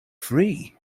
free